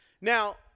Now